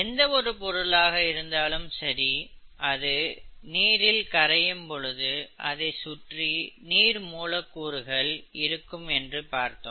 எந்த ஒரு பொருளாக இருந்தாலும் சரி அது நீரில் கரையும் பொழுது அதை சுற்றி நீர் மூலக்கூறுகள் இருக்கும் என்று பார்த்தோம்